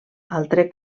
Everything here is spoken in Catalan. altre